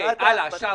הלאה, שאול.